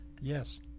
Yes